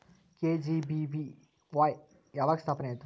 KGBVY ಯಾವಾಗ ಸ್ಥಾಪನೆ ಆತು?